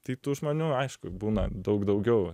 tai tų žmonių aišku būna daug daugiau